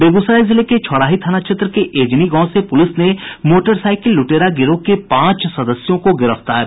बेगूसराय जिले के छौराही थाना क्षेत्र के एजनी गांव से पुलिस ने मोटरसाईकिल लूटेरा गिरोह के पांच सदस्यों को गिरफ्तार किया है